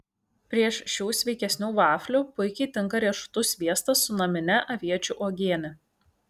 prieš šių sveikesnių vaflių puikiai tinka riešutų sviestas su namine aviečių uogiene